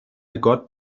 got